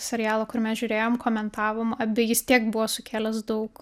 serialo kur mes žiūrėjom komentavom abi jis tiek buvo sukėlęs daug